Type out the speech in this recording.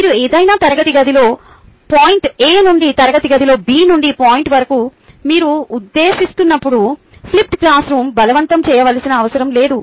మీరు ఏదైనా తరగతి గదిలో పాయింట్ ఎ నుండి తరగతి గదిలో బి నుండి పాయింట్ వరకు మీరు ఉద్దేశిస్తున్నపుడు ఫ్లిప్డ్ క్లాస్రూమ్ బలవంతం చేయవలసిన అవసరం లేదు